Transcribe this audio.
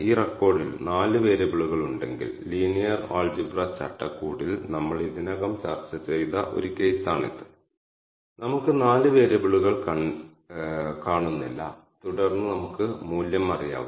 K means ഉപയോഗിച്ച് നമ്മൾ നമ്മളുടെ ഡാറ്റ ക്ലസ്റ്റർ ചെയ്യുന്നു കൂടാതെ ഈ Kmeans ഒരു ഔട്ട്പുട്ടായി നൽകുന്ന വിശദാംശങ്ങൾ എന്താണെന്ന് നമുക്ക് കാണാൻ കഴിയും